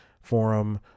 forum